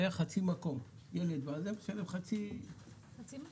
היה חצי מקום, ילד משלם חצי מחיר.